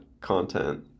content